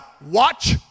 watch